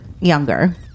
younger